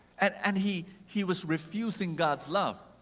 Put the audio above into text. and and he he was refusing god's love.